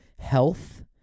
health